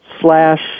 slash